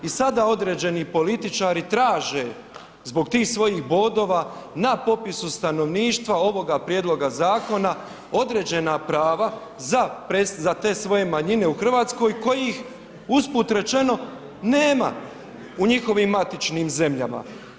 I sada određeni političari traže zbog tih svojih bodova na popisu stanovništva ovoga prijedloga zakona određena prava za te svoje manjine u Hrvatskoj koji ih usput rečeno nema u njihovim matičnim zemljama.